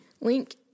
link